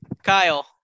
Kyle